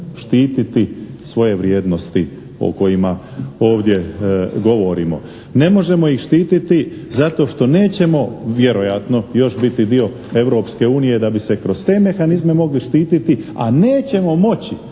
štititi svoje vrijednosti o kojima ovdje govorimo. Ne možemo ih štititi zato što nećemo, vjerojatno, još biti dio Europske unije da bi se kroz te mehanizme mogli štititi, a nećemo moći